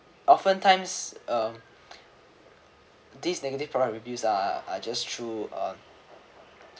often times um these negative product review uh I just threw on